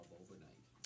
overnight